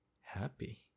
happy